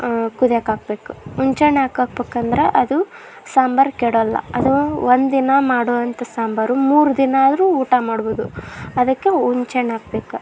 ಕುದಿಯೋಕ್ಕಾಕ್ಬೇಕು ಹುನ್ಚೆಣ್ ಯಾಕೆ ಹಾಕ್ಬೇಕಂದ್ರ ಅದು ಸಾಂಬಾರು ಕೆಡೋಲ್ಲ ಅದು ಒಂದಿನ ಮಾಡುವಂಥ ಸಾಂಬಾರು ಮೂರು ದಿನಾದ್ರೂ ಊಟ ಮಾಡ್ಬೋದು ಅದಕ್ಕೆ ಹುನ್ಚೆಣ್ ಹಾಕ್ಬೇಕ